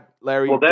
Larry